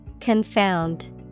Confound